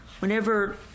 Whenever